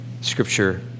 Scripture